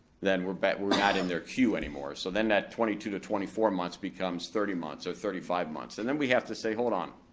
then we're but we're not in their cue anymore, so then that twenty two to twenty four months becomes thirty months or thirty five months and then we have to say, hold on,